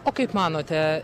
o kaip manote